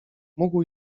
mógł